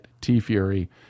T-Fury